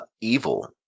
evil